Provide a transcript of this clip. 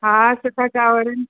हा सुठा चांवर आहिनि